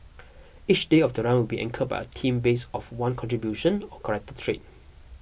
each day of the run will be anchored by a theme base of one contribution or character trait